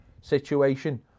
situation